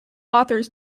authors